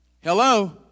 Hello